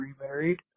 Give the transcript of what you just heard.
remarried